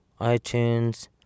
iTunes